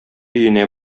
өенә